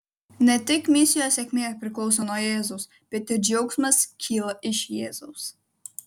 ne tik misijos sėkmė priklauso nuo jėzaus bet ir džiaugsmas kyla iš jėzaus